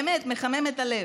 באמת מחמם את הלב.